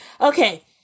okay